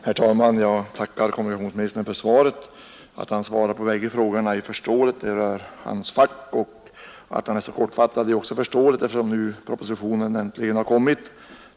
Herr talman! Jag tackar kommunikationsministern för svaret. Att han svarar på bägge frågorna är förståeligt. De rör hans fack. Att han är så kortfattad är också förståeligt, eftersom propositionen nu äntligen har kommit.